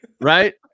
Right